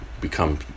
become